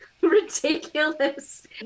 Ridiculous